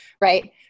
right